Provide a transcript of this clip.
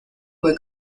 fue